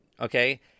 okay